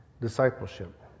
discipleship